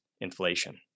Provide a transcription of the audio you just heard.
inflation